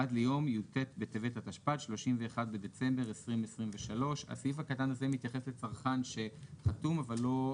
עד ליום י"ט בטבת התשפ"ד (31 בדצמבר 2023). הסעיף הקטן הזה מתייחס לצרכן שחתום אבל לא...